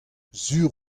sur